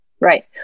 Right